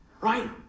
right